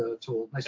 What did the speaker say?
tool